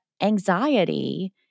anxiety